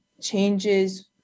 changes